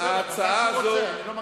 כמה שהוא רוצה, אני לא מגביל.